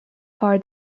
far